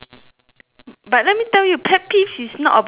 but let me tell you pet peeves is not about pets you know